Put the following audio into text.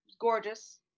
Gorgeous